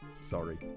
sorry